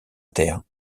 terre